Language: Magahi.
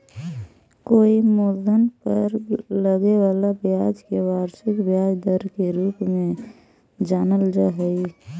कोई मूलधन पर लगे वाला ब्याज के वार्षिक ब्याज दर के रूप में जानल जा हई